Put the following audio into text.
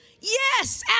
Yes